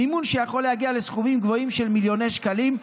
מימון שיכול להגיע לסכומים גבוהים של מיליוני שקלים,